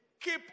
Keep